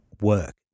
work